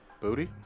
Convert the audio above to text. Booty